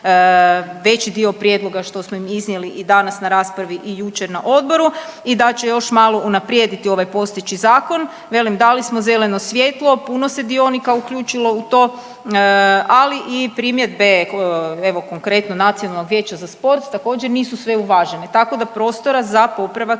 veći dio prijedloga što smo im iznijeli i danas na raspravi i jučer na odboru i da će još malo unaprijediti ovaj postojeći zakon. Velim dali smo zeleno svjetlo, puno se dionika uključilo u to. Ali i primjedbe evo konkretno Nacionalnog vijeća za sport također nisu sve uvažene, tako da prostora za popravak